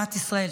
מדינת ישראל.